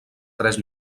tres